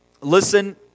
listen